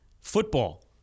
Football